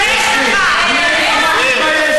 תתבייש לך, אין לי במה להתבייש.